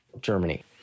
Germany